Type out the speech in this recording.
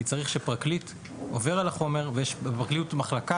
אני צריך שפרקליט יעבור על החומר ויש בפרקליטות מחלקה